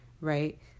right